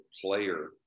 player